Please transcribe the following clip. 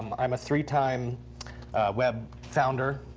i'm a three time web founder.